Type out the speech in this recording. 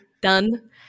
done